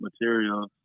materials